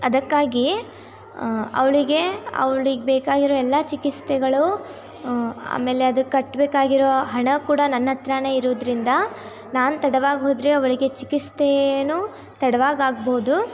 ಅದಕ್ಕಾಗಿ ಅವಳಿಗೆ ಅವ್ಳಿಗೆ ಬೇಕಾಗಿರೋ ಎಲ್ಲ ಚಿಕಿತ್ಸೆಗಳು ಆಮೇಲೆ ಅದಕ್ಕೆ ಕಟ್ಟಬೇಕಾಗಿರೋ ಹಣ ಕೂಡ ನನ್ನ ಹತ್ರಾನೇ ಇರೋದ್ರಿಂದ ನಾನು ತಡವಾಗಿ ಹೋದರೆ ಅವಳಿಗೆ ಚಿಕಿತ್ಸೆನು ತಡವಾಗಿ ಆಗಬಹುದು